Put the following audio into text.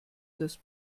das